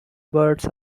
birds